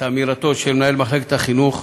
אמירתו של מנהל מחלקת החינוך,